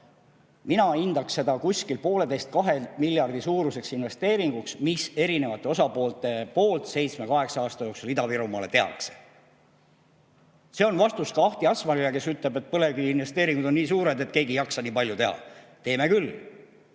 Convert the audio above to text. Mina hindaksin seda kuskil pooleteise kuni kahe miljardi suuruseks investeeringuks, mis erinevate osapoolte poolt seitsme‑kaheksa aasta jooksul Ida-Virumaale tehakse. See on vastus ka Ahti Asmannile, kes ütleb, et põlevkiviinvesteeringud on nii suured, et keegi ei jaksa nii palju teha. Teeme küll.